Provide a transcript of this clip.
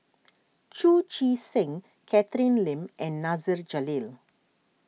Chu Chee Seng Catherine Lim and Nasir Jalil